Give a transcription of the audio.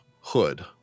hood